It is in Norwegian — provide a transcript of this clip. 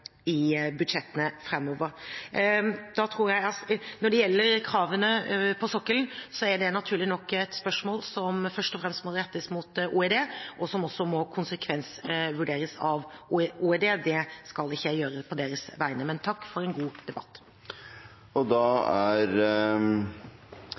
budsjettene framover. Når det gjelder kravene på sokkelen, er det naturlig nok et spørsmål som først og fremst må rettes til Olje- og energidepartementet, og som også må konsekvensvurderes av Olje- og energidepartementet. Det skal ikke jeg gjøre på deres vegne. Takk for en god debatt. Da er debatten i sak nr. 1 avsluttet. Sak nr. 2 er allerede behandlet, og